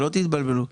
שלא תתבלבלו,